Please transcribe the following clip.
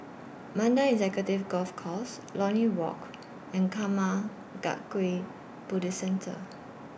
Mandai Executive Golf Course Lornie Walk and Karma Kagyud Buddhist Centre